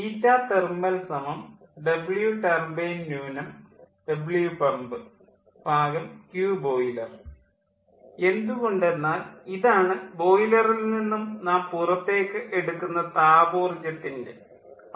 ഈറ്റ thermal W turbine W pump Q boiler thermalW turbine WpumpQboiler എന്തുകൊണ്ടെന്നാൽ ഇതാണ് ബോയിലറിൽ നിന്നും നാം പുറത്തേക്ക് എടുക്കുന്ന താപോർജ്ജത്തിൻ്റെ അളവ്